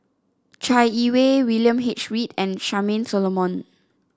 Chai Yee Wei William H Read and Charmaine Solomon